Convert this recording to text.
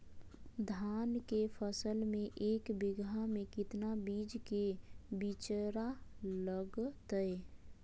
धान के फसल में एक बीघा में कितना बीज के बिचड़ा लगतय?